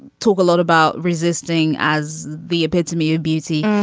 talk a lot about resisting as the epitome of beauty.